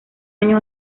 año